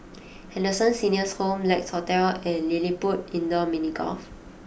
Henderson Senior's Home Lex Hotel and LilliPutt Indoor Mini Golf